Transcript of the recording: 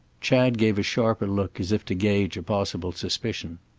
chad gave a sharper look, as if to gauge a possible suspicion.